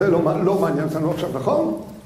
זה לא לא מעניין אותנו עכשיו, נכון?